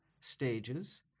stages